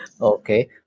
Okay